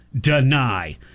deny